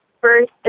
first